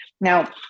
Now